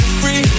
free